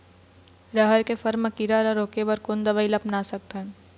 रहर के फर मा किरा रा रोके बर कोन दवई ला अपना सकथन?